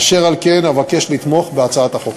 אשר על כן, אבקש לתמוך בהצעת החוק.